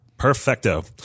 perfecto